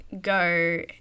go